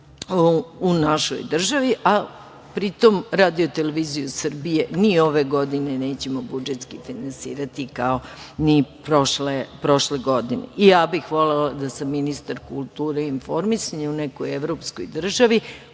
u našoj državi, a pri tom RTS ni ove godine nećemo budžetski finansirati kao ni prošle godine. Ja bih volela da sam ministar kulture i informisanja u nekoj evropskoj državi